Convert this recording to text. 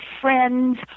friends